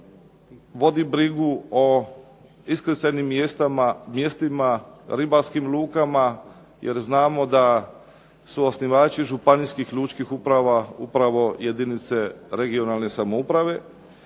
vodi brigu o iskrcajnim mjestima, ribarskim lukama, jer znamo da su osnivači županijskih lučkih uprava upravo jedinice regionalne samouprave.